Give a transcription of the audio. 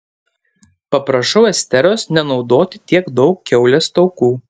paprašau esteros nenaudoti tiek daug kiaulės taukų